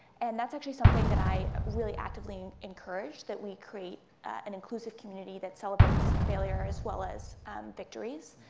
and that's actually something that i really actively and encourage, that we create an inclusive community that celebrates failure, as well as victories.